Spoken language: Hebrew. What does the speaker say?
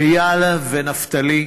איל ונפתלי,